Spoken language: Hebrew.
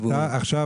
עכשיו